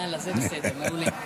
יאללה, זה בסדר, מעולה.